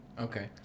Okay